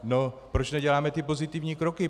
No proč neděláme ty pozitivní kroky?